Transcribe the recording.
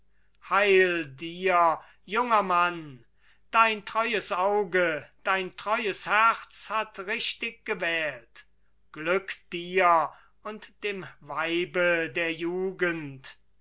heil dir junger mann dein treues auge dein treues herz hat richtig gewählt glück dir und dem weibe der jugend